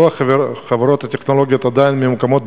רוב החברות הטכנולוגיות עדיין ממוקמות